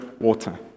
water